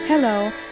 Hello